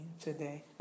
today